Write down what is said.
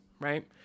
right